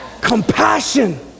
Compassion